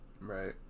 Right